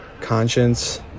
conscience